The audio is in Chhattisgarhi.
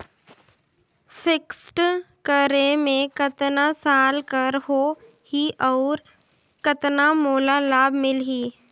फिक्स्ड करे मे कतना साल कर हो ही और कतना मोला लाभ मिल ही?